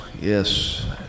yes